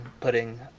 putting